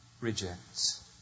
rejects